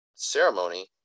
Ceremony